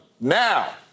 Now